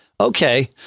okay